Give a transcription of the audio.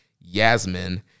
Yasmin